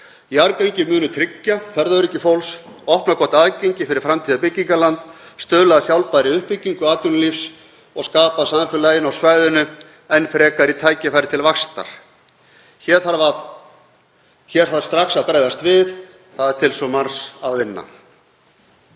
Jarðgöngin munu tryggja ferðaöryggi fólks, opna gott aðgengi fyrir framtíðarbyggingarland, stuðla að sjálfbærri uppbyggingu atvinnulífs og skapa samfélaginu á svæðinu enn frekari tækifæri til vaxtar. Hér þarf strax að bregðast við. Það er til svo margs að vinna.